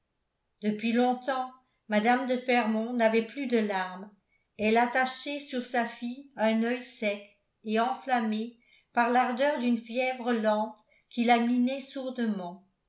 depuis longtemps mme de fermont n'avait plus de larmes elle attachait sur sa fille un oeil sec et enflammé par l'ardeur d'une fièvre lente qui